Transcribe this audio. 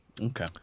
Okay